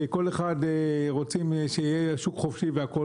שכל אחד רוצים שיהיה שוק חופשי והכול.